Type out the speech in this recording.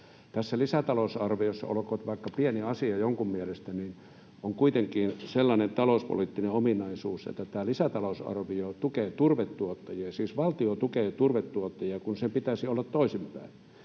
Tässä lisätalousarviossa, olkoon vaikka pieni asia jonkun mielestä, on kuitenkin sellainen talouspoliittinen ominaisuus, että tämä lisätalousarvio tukee turvetuottajia — siis valtio tukee turvetuottajia, kun sen pitäisi olla toisinpäin.